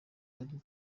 ari